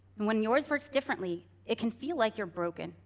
when yours works differently, it can feel like you're broken.